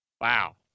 Wow